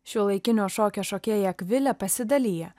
šiuolaikinio šokio šokėja akvilė pasidalija